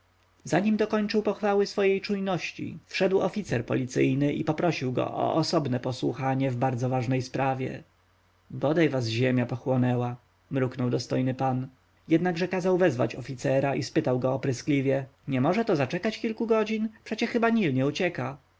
zanim dokończył pochwały swojej czujności wszedł oficer policyjny i poprosił go o osobne posłuchanie w bardzo ważnej sprawie bodaj was ziemia pochłonęła mruknął dostojny pan jednakże kazał wezwać oficera i spytał go opryskliwie nie można to zaczekać kilku godzin przecie chyba nil nie ucieka